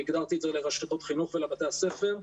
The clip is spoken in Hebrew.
אני הגדרתי את זה לרשתות חינוך ולבתי הספר.